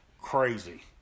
crazy